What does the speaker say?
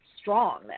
strong